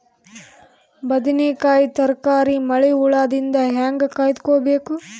ಬದನೆಕಾಯಿ ತರಕಾರಿ ಮಳಿ ಹುಳಾದಿಂದ ಹೇಂಗ ಕಾಯ್ದುಕೊಬೇಕು?